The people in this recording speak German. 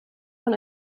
von